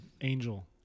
angel